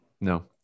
No